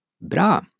Bra